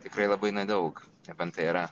tikrai labai nedaug nebent yra